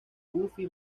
buffy